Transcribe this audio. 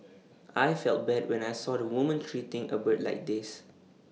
I felt bad when I saw the woman treating A bird like this